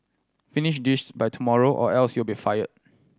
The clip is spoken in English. finish this by tomorrow or else you'll be fired